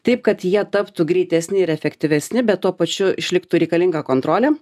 taip kad jie taptų greitesni ir efektyvesni bet tuo pačiu išliktų reikalinga kontrolė